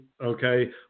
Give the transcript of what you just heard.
okay